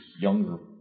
younger